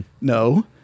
No